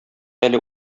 әле